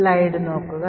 locals ഉള്ളത്